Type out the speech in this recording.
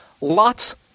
Lots